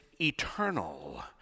eternal